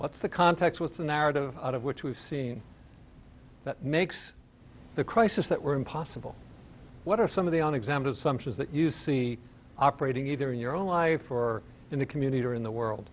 what's the context with the narrative out of which we've seen that makes the crisis that we're impossible what are some of the on exams assumptions that you see operating either in your own life or in the community or in the world